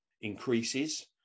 increases